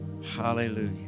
hallelujah